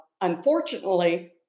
unfortunately